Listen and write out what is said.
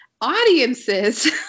audiences